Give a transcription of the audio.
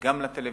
גם לטלוויזיה,